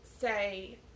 say